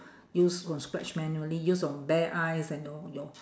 use from scratch manually use your bare eyes and your your